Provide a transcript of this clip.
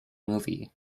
movie